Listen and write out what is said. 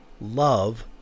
Love